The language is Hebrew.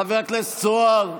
חבר הכנסת זוהר.